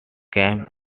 came